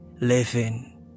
living